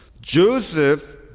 Joseph